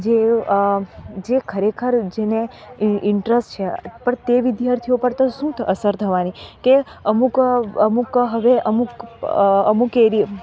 જેઓ જે ખરેખર જેને ઈન્ટરસ્ટ છે પણ તે વિદ્યાર્થીઓ પર તો શું અસર થવાની કે અમુક અમુક હવે અમુક અમુક એરી